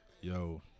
Yo